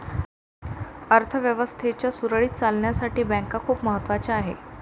अर्थ व्यवस्थेच्या सुरळीत चालण्यासाठी बँका खूप महत्वाच्या आहेत